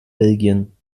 belgien